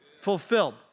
Fulfilled